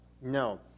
no